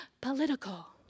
political